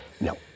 No